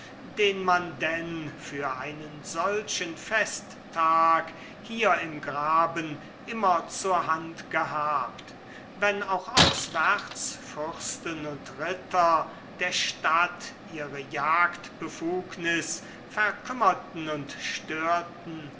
den man denn für einen solchen festtag hier im graben immer zur hand gehabt wenn auch auswärts fürsten und ritter der stadt ihre jagdbefugnis verkümmerten und störten